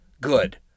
good